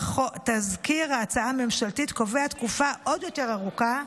תזכיר ההצעה הממשלתית קובע תקופה עוד יותר ארוכה,